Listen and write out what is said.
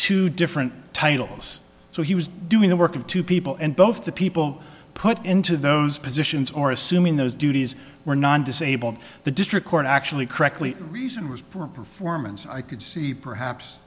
two different titles so he was doing the work of two people and both the people put into those positions or assuming those duties were non disabled the district court actually correctly the reason was poor performance i could see perhaps